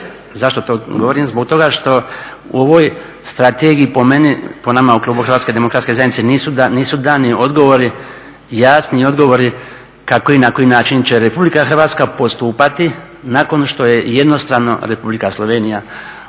Zašto to govorim? Zbog toga što u ovoj strategiji po nama u klubu HDZ-a nisu dani odgovori, jasni odgovori kako i na koji način će Republika Hrvatska postupati nakon što je jednostrano Republika Slovenija utvrdila